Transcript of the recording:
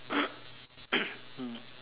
mm